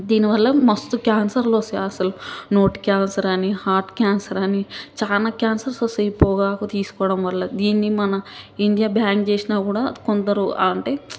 దీనివల్ల మస్తు క్యాన్సర్లొస్తాయి అసలు నోటి క్యాన్సరని హార్ట్ క్యాన్సరని చాలా క్యాన్సర్స్ వస్తాయి పొగాకు తీసుకోవడం వల్ల దీన్ని మన ఇండియా బ్యాన్ చేసినా కూడా కొందరు అంటే